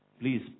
Please